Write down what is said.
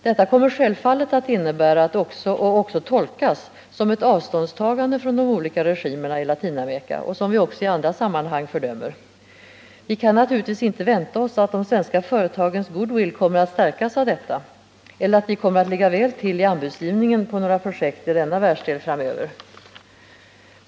Detta kommer självfallet att innebära och att också tolkas som ett avståndstagande från de olika regimerna i Latinamerika, som vi också i andra sammanhang fördömer. Vi kan naturligtvis inte vänta oss att de svenska företagens goodwill kommer att stärkas av detta eller att vi kommer att ligga väl till i anbudsgivningen på några projekt i denna världsdel framöver.